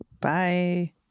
bye